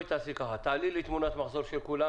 תעלי לי "תמונת מחזור" של כולם